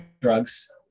drugs